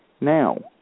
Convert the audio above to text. Now